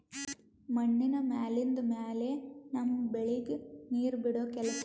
ಮಣ್ಣಿನ ಮ್ಯಾಲಿಂದ್ ಮ್ಯಾಲೆ ನಮ್ಮ್ ಬೆಳಿಗ್ ನೀರ್ ಬಿಡೋ ಕೆಲಸಾ